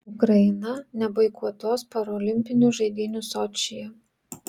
ukraina neboikotuos parolimpinių žaidynių sočyje